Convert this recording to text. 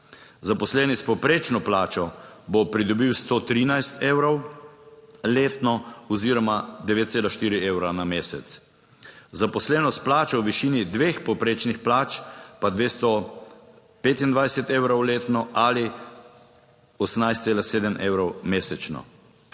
Zaposleni s povprečno plačo bo pridobil 113 evrov letno oziroma 9,4 evra na mesec, zaposleni s plačo v višini dveh povprečnih plač pa 225 evrov letno ali 18,7 Evrov mesečno.